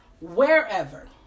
wherever